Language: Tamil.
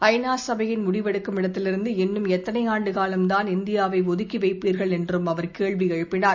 ஐநா சபையின் முடிவெடுக்கும் இடத்திலிருந்து இன்னும் எத்தனை ஆண்டுகாலம் தான் இந்தியாவை ஒதுக்கி வைத்திருப்பீர்கள் என்றும் அவர் கேள்வி எழுப்பினார்